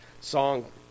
song